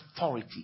authority